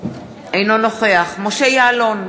אינו נוכח משה יעלון,